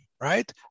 right